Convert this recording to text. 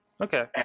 Okay